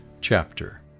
chapter